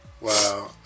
wow